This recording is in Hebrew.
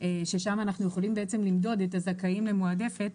ששם אנחנו יכולים למדוד את הזכאים לעבודה מועדפת,